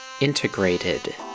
integrated